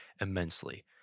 immensely